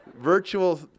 virtual